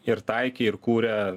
ir taikė ir kūrė